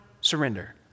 surrender